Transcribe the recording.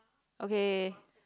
okay